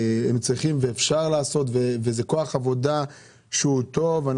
אפשר לעשות והם מהווים כוח עבודה טוב.